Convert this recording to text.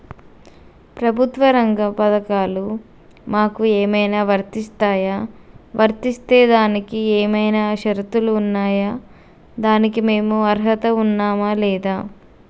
ప్రభుత్వ రంగ పథకాలు మాకు ఏమైనా వర్తిస్తాయా? వర్తిస్తే దానికి ఏమైనా షరతులు ఉన్నాయా? దానికి మేము అర్హత ఉన్నామా లేదా?